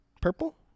Purple